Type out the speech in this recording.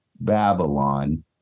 Babylon